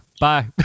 bye